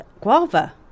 guava